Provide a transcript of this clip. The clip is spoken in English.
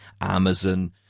Amazon